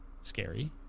scary